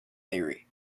theory